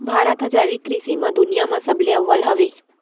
भारत हा जैविक कृषि मा दुनिया मा सबले अव्वल हवे